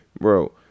Bro